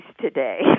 today